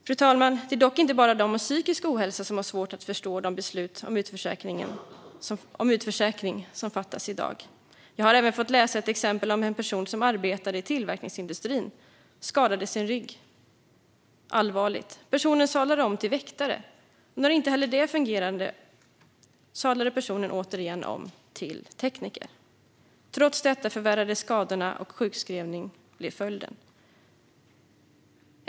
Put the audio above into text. Fru talman! Det är dock inte bara de med psykisk ohälsa som har svårt att förstå de beslut om utförsäkring som fattas i dag. Jag har även fått läsa om en person som arbetade i tillverkningsindustrin och skadade sin rygg allvarligt. Personen sadlade om till väktare. När inte heller det fungerade sadlade denna person återigen om till tekniker. Trots detta förvärrades skadorna, och sjukskrivning blev följden.